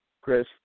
Chris